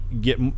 get